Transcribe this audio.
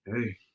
Hey